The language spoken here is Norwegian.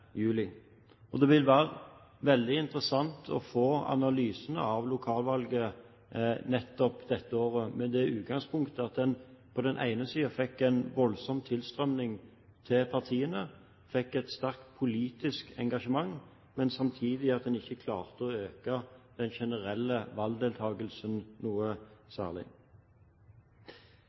Det vil være veldig interessant å få analysene av lokalvalget nettopp dette året, med det utgangspunkt at en på den ene siden fikk en voldsom tilstrømning til partiene, fikk et sterkt politisk engasjement, men samtidig ikke klarte å øke den generelle valgdeltakelsen noe særlig.